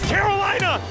Carolina